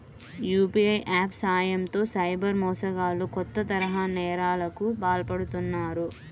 UPI apps సాయంతో cyber మోసగాళ్లు కొత్త తరహా నేరాలకు పాల్పడుతున్నారు